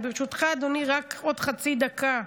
וברשותך, אדוני, רק עוד חצי דקה.